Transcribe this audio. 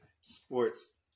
sports